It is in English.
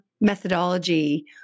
methodology